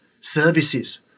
services